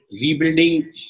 rebuilding